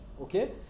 okay